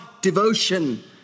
devotion